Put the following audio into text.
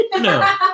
no